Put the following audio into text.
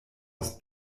aus